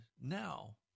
now